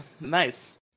nice